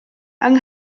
yng